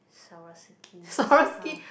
Swarovski discount